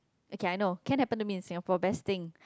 okay I know can happen to me in Singapore best thing